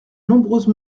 nombreuses